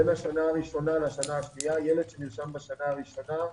בין השנה הראשונה לשנה השנייה ילד שנרשם בשנה הראשונה,